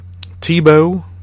Tebow